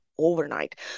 overnight